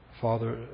Father